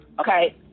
Okay